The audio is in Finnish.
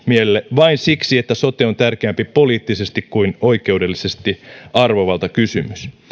vain siksi että sote on tärkeämpi poliittisesti kuin oikeudellisesti arvovaltakysymys